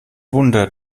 wunder